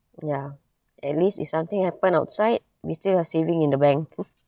ya at least if something happen outside we still have saving in the bank